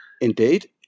Indeed